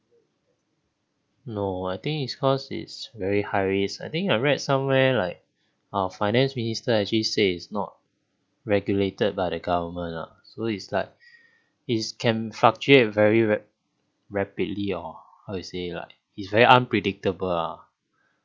no I think it's cause it's very high risk I think I read somewhere like uh finance minister actually says not regulated by the government lah so it's like it's can fluctuate very ra~ rapidly hor how to say like it's very unpredictable ah